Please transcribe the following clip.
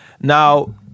Now